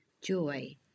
Joy